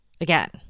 again